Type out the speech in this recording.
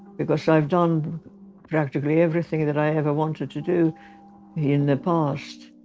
because i've done practically everything that i ever wanted to do in the past.